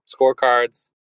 scorecards